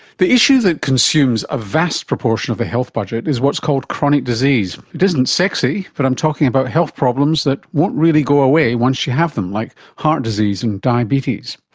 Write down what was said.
the issue that consumes a vast proportion of the health budget is what's called chronic disease. it isn't sexy but i'm talking about health problems that won't really go away once you have them, like heart disease and diabetes.